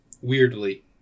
weirdly